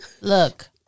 Look